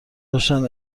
داشتند